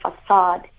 facade